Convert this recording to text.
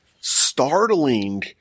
startling